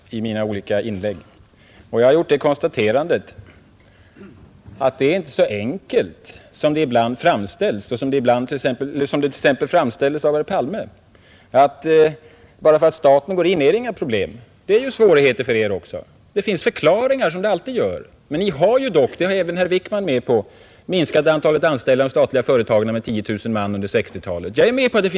erfarenheterna olika inlägg, och jag har gjort det konstaterandet att det inte är så enkelt av försöken ett vidga som det ibland framställs — t.ex. av herr Palme — att bara för att staten den statliga företagsamheten ingriper blir det inga problem. Det är ju svårigheter för er också. Det finns förklaringar, som det alltid gör, men ni har dock — det är även herr Wickman med på — minskat antalet anställda i de statliga företagen med 10 000 man under 1960-talet.